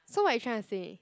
so what you trying to say